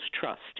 Trust